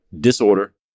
disorder